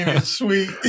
Sweet